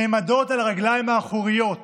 נעמדים על הרגליים האחוריות